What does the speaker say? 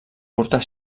portar